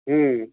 हूँ